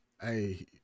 hey